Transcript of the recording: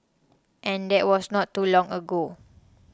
and that was not too long ago